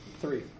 Three